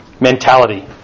mentality